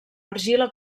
argila